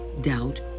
doubt